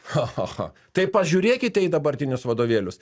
cha cha cha tai pažiūrėkite į dabartinius vadovėlius